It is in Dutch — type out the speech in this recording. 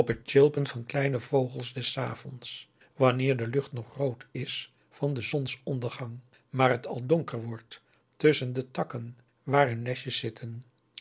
tjilpen van kleine vogels des avonds wanneer de lucht nog rood is van den zonsondergang maar het al donker wordt tusschen de takken waar hun nestjes zitten